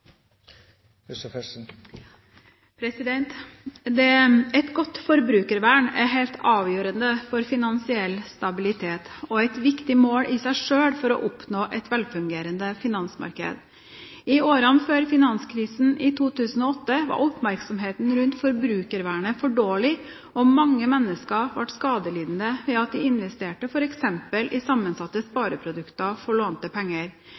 før finanskrisen i 2008 var oppmerksomheten rundt forbrukervernet for dårlig, og mange mennesker ble skadelidende ved at de investerte f.eks. i sammensatte spareprodukter for lånte penger.